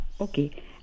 Okay